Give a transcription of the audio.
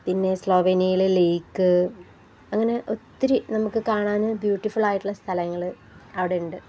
പിന്നെ സ്ലോവനിയയിലെ ലേക്ക് അങ്ങനെ ഒത്തിരി നമുക്ക് കാണാന് ബ്യൂട്ടിഫുളായിട്ടുള്ള സ്ഥലങ്ങള് അവിടെയുണ്ട്